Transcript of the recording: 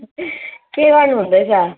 के गर्नु हुँदैछ